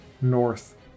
north